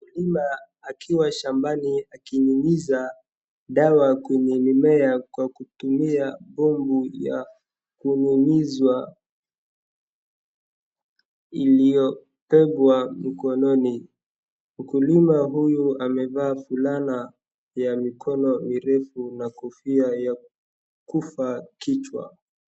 Mkulima akiwa shambani akinyunyiza dawa kwenye mimea kwa kutumia bomu ya kunyunyizwa iliyobebwa mikononi. Mkulima huyu amevaa fulana ya mikono mirefu na kofia ya kufa kichwa.